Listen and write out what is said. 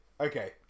Okay